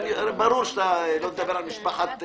ברור שאתה לא מדבר על משפחת כבל.